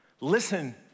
listen